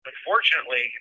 Unfortunately